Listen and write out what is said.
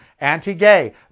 anti-gay